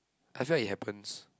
I felt it happens